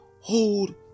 hold